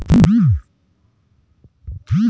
IRS के प्रशिक्षण के लिए तुमको मसूरी ले जाया जाएगा